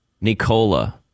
Nicola